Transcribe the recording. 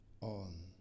on